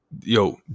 Yo